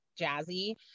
jazzy